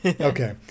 Okay